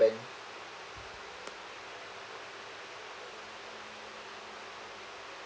bank